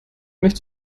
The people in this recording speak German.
nichts